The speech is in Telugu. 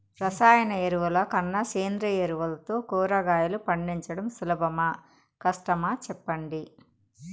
రసాయన ఎరువుల కన్నా సేంద్రియ ఎరువులతో కూరగాయలు పండించడం సులభమా కష్టమా సెప్పండి